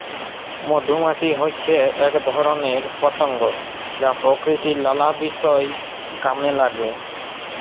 মধুমাছি হচ্যে এক ধরণের পতঙ্গ যা প্রকৃতির লালা বিষয় কামে লাগে